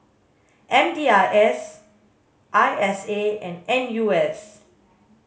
M D I S I S A and N U S